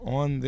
on